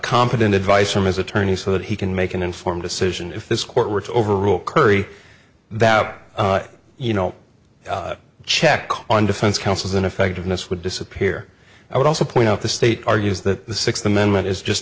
tent advice from his attorney so that he can make an informed decision if this court were to overrule curry that out you know check on defense counsel's ineffectiveness would disappear i would also point out the state argues that the sixth amendment is just